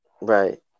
Right